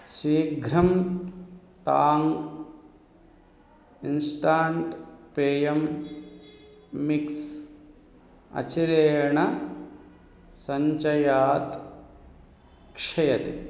शीघ्रं Tang instant पेयं mix अचिरेण सञ्चयात् क्षयति